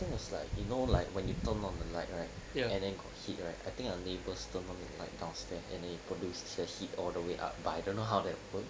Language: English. I think it was like you know like when you turn on the light right and then got heat right I think our neighbours turned on the light downstairs and then it produced the heat all the way up but I don't know how that works